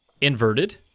Inverted